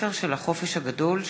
"בתי-הספר של החופש הגדול",